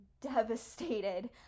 devastated